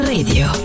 Radio